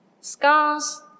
Scars